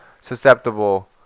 susceptible